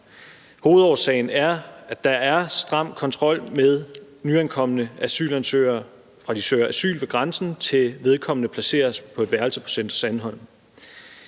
Hovedårsagen er, at der er stram kontrol med nyankomne asylansøgere, fra de søger asyl ved grænsen, til de placeres på et værelse på Center Sandholm.